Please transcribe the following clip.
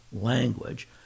language